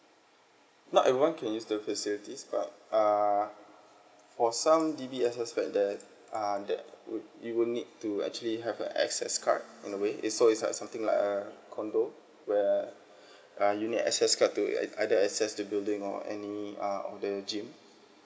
not everyone can use the facilities but err for some D_B_S_S flat that uh that would you would need to actually have a access card in a way is so is like something like a condo where uh you need a access card to at either access to building or any uh or the gym